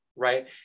Right